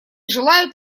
желают